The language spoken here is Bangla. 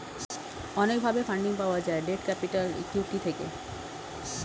অনেক ভাবে ফান্ডিং পাওয়া যায় ডেট ক্যাপিটাল, ইক্যুইটি থেকে